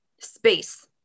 space